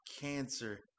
cancer